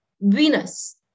Venus